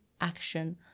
action